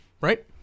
right